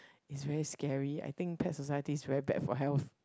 it's very scary I think Pet Society is very bad for health